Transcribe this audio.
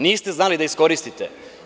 Niste znali da iskoristite.